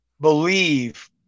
believe